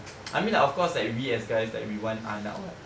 I mean like of course like we as guys like we want anak or what